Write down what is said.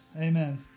Amen